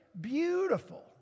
Beautiful